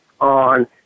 on